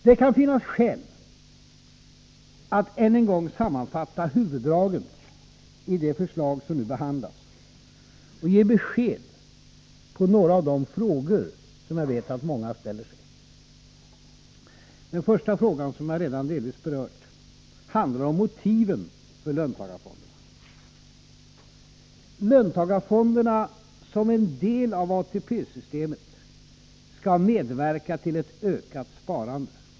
Det kan finnas skäl att än en gång sammanfatta huvuddragen i det förslag som nu behandlas och ge besked i några av de frågor som jag vet att många ställer sig. Den första frågan, som jag redan delvis berört, handlar om motiven för löntagarfonderna. Löntagarfonderna skall som en del av ATP-systemet medverka till ett ökat sparande.